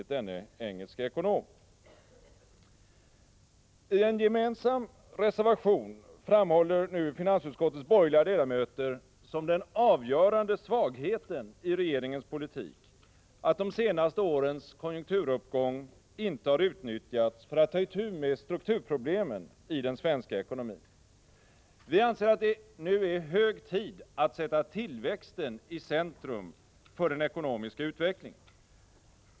Ten gemensam reservation framhåller finansutskottets borgerliga ledamöter som den avgörande svagheten i regeringens politik att de senaste årens konjunkturuppgång inte har utnyttjats för att ta itu med strukturproblemen i den svenska ekonomin. Vi anser att det nu är hög tid att sätta tillväxten i centrum för den ekonomiska utvecklingen.